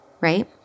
right